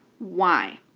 why?